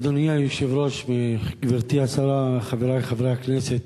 אדוני היושב-ראש, גברתי השרה, חברי חברי הכנסת,